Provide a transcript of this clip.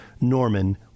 Norman